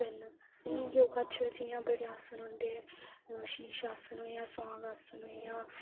योगा च जि'यां बड़े आसन होंदे शीश आसन होइया स्वास आसन होइया